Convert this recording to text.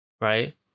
right